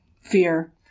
fear